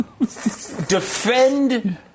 defend